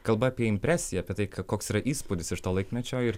kalba apie impresiją apie tai koks yra įspūdis iš to laikmečio ir